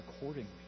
accordingly